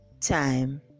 time